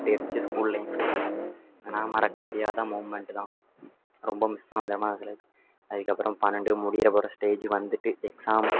அப்படி இருந்துச்சி school life அதனால் மறக்க முடியாத மூமண்ட்டு தான் ரொம்ப மிஸ் பண்ணுவோம் தெரியுமா அதில் அதுக்கப்புறம் பன்னெண்டு முடிகிற போகிற ஸ்டேஜி வந்துட்டு எக்ஸாமு